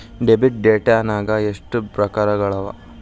Debit ಡೈಟ್ನ್ಯಾಗ್ ಎಷ್ಟ್ ಪ್ರಕಾರಗಳವ?